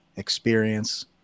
experience